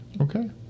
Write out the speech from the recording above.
Okay